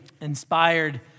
inspired